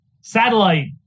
satellite